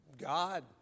God